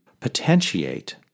potentiate